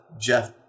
Jeff